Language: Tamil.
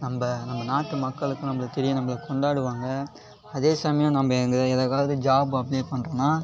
நம்ம நம்ம நாட்டு மக்களுக்கு நம்மள தெரியும் நம்மள கொண்டாடுவாங்க அதே சமயம் நம்ம எதுக்காவது ஜாப் அப்ளை பண்ணுறோனா